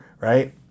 right